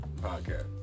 podcast